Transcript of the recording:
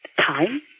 time